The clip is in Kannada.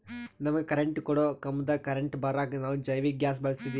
ನಮಗ ಕರೆಂಟ್ ಕೊಡೊ ಕಂಬದಾಗ್ ಕರೆಂಟ್ ಬರಾಕ್ ನಾವ್ ಜೈವಿಕ್ ಗ್ಯಾಸ್ ಬಳಸ್ತೀವಿ